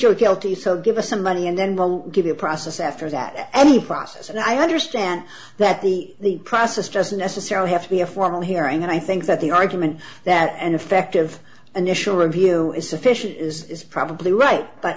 you're guilty so give us some money and then we'll give you a process after that any process and i understand that the process doesn't necessarily have to be a formal hearing and i think that the argument that an effective initial review is sufficient is probably right but